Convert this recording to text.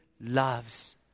loves